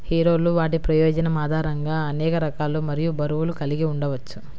హీరోలు వాటి ప్రయోజనం ఆధారంగా అనేక రకాలు మరియు బరువులు కలిగి ఉండవచ్చు